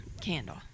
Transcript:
Candle